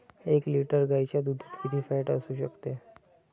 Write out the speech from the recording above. एक लिटर गाईच्या दुधात किती फॅट असू शकते?